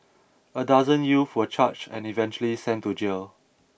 a dozen youth were charged and eventually sent to jail